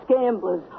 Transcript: gamblers